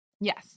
Yes